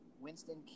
Winston